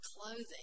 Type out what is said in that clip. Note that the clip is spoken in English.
clothing